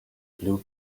blue